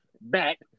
back